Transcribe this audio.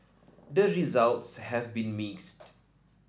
the results have been mixed